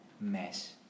mess